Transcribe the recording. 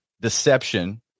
deception